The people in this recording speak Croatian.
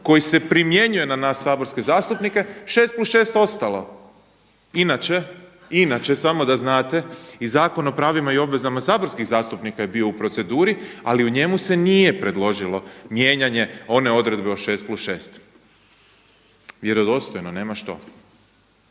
koji se primjenjuje na nas saborske zastupnike 6 + 6 ostalo. Inače, inače samo da znate i Zakon o pravima i obvezama saborskih zastupnika je bio u proceduri, ali u njemu se nije predložilo mijenjanje one odredbe od 6 + 6, vjerodostojno nema što.